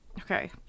Okay